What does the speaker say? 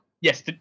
yes